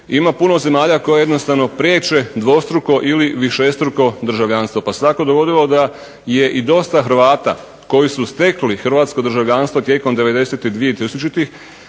Ima puno zemalja koje jednostavno priječe dvostruko ili višestruko državljanstvo. Pa se tako dogodilo da je i dosta Hrvata koji su stekli hrvatsko državljanstvo tijekom '90-ih i 2000-ih